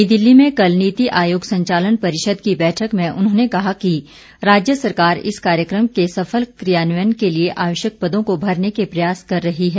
नई दिल्ली में कल नीति आयोग संचालन परिषद की बैठक में उन्होंने कहा कि राज्य सरकार इस कार्यक्रम के सफल कियान्वयन के लिए आवश्यक पदों को भरने के प्रयास कर रही है